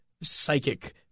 psychic